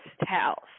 house